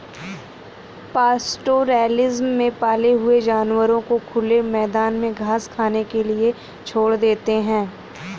pastoralism में पाले हुए जानवरों को खुले मैदान में घास खाने के लिए छोड़ देते है